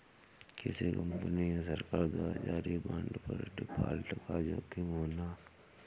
किसी कंपनी या सरकार द्वारा जारी बांड पर डिफ़ॉल्ट का जोखिम होना